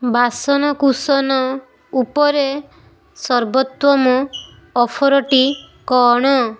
ବାସନ କୁସନ ଉପରେ ସର୍ବୋତ୍ତମ ଅଫର୍ଟି କ'ଣ